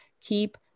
keep